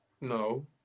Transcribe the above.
No